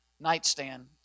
nightstand